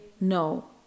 no